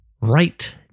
right